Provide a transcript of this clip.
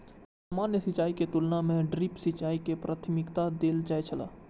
सामान्य सिंचाई के तुलना में ड्रिप सिंचाई के प्राथमिकता देल जाय छला